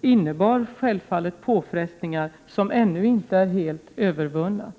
innebar självfallet påfrestningar som ännu inte är helt övervunna.